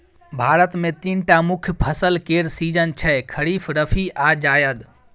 भारत मे तीनटा मुख्य फसल केर सीजन छै खरीफ, रबी आ जाएद